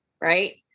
Right